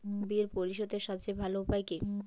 বিল পরিশোধের সবচেয়ে ভালো উপায় কী?